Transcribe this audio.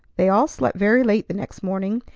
they all slept very late the next morning,